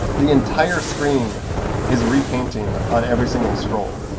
the entire screen is repainting on every single scroll.